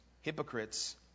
hypocrites